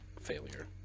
failure